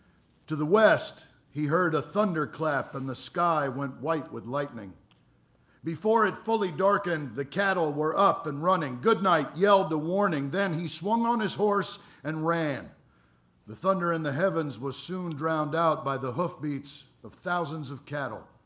to the west he heard a thunderclap and the sky went white with lightning before it fully darkened the cattle were up and running. goodnight yelled a warning, then he swung on his horse and ran the thunder in the heavens was soon drowned out by the hoof beats of thousands of cattle.